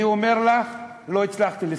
אני אומר לך, לא הצלחתי לספור.